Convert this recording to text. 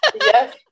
Yes